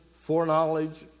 Foreknowledge